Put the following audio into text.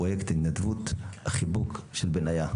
פרויקט התנדבות 'החיבוק של בניה'.